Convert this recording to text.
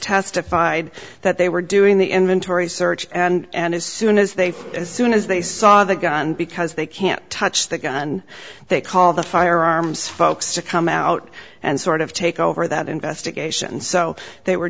testified that they were doing the inventory search and as soon as they as soon as they saw the gun because they can't touch the gun they call the firearms folks to come out and sort of take over that investigation so they were